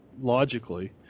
logically